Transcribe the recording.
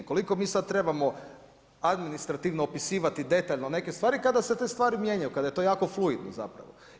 Koliko mi sad trebamo administrativno opisivati detaljno neke stvari, kada se te stvari mijenjaju, kada je to jako fluidno zapravo.